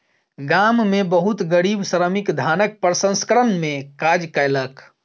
गाम में बहुत गरीब श्रमिक धानक प्रसंस्करण में काज कयलक